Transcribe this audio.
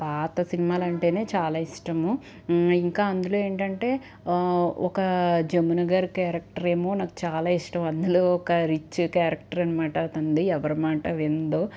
పాత సినిమాలు అంటేనే చాలా ఇష్టము ఇంకా అందులో ఏంటంటే ఒక జమున గారు క్యారెక్టర్ ఏమో నాకు చాలా ఇష్టం అందులో ఒక రిచ్ క్యారెక్టర్ అనమాట తనది ఎవరి మాట వినదు